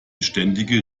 beständige